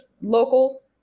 local